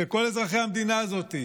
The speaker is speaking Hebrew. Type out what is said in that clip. של כל אזרחי המדינה הזאת,